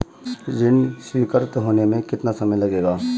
ऋण स्वीकृत होने में कितना समय लगेगा?